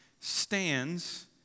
stands